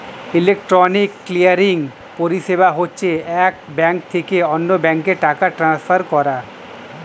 electronic clearing পরিষেবা হচ্ছে এক ব্যাঙ্ক থেকে অন্য ব্যাঙ্কে টাকা ট্রান্সফার করা